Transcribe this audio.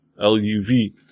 L-U-V